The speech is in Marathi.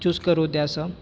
चूज करू द्या सर